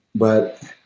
but,